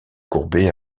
courbée